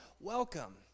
Welcome